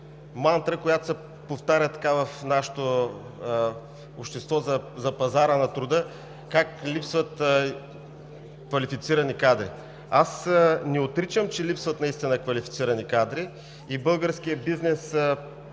мантра, която се повтаря в нашето общество за пазара на труда – как липсват квалифицирани кадри. Аз не отричам, че липсват наистина квалифицирани кадри и българският бизнес